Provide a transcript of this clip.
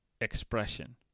expression